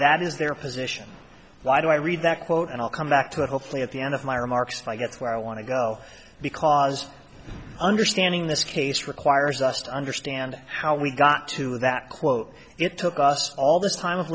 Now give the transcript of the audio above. that is their position why do i read that quote and i'll come back to that hopefully at the end of my remarks i get where i want to go because understanding this case requires us to understand how we got to that quote it took us all this time of